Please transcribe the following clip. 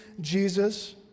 Jesus